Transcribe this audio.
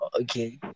okay